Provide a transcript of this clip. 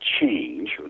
change